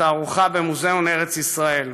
לתערוכה במוזיאון ארץ ישראל,